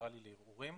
פדרלי לערעורים.